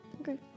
Okay